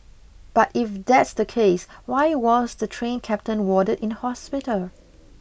but if that's the case why was the train captain warded in hospital